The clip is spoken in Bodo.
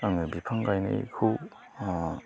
आङो बिफां गायनायखौ ओ